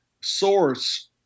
source